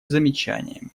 замечаниями